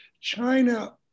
China